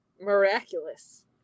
miraculous